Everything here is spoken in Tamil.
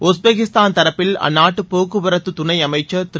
உஸ்பெகிஸ்தான் தரப்பில் அந்நாட்டு போக்குவரத்துத் துணை அமைச்சர் திரு